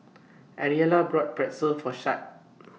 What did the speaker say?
Ariella bought Pretzel For Chet